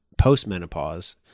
post-menopause